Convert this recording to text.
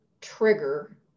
trigger